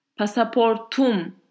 Pasaportum